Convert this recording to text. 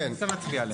נצביע,